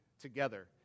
together